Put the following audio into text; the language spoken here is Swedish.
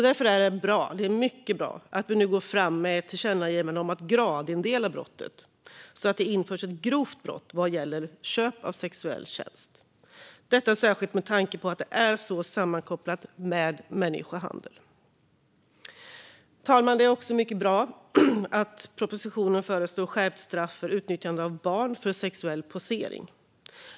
Därför är det mycket bra att vi går fram med ett tillkännagivande om att gradindela brottet så att det införs ett grovt brott vad gäller köp av sexuell tjänst. Det är särskilt med tanke på att det är så sammankopplat med människohandel. Fru talman! Det är också mycket bra att det i propositionen föreslås skärpt straff för utnyttjande av barn för sexuell posering.